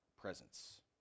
presence